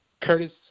Curtis